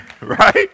right